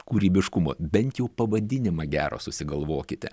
kūrybiškumo bent jau pavadinimą gerą susigalvokite